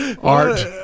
Art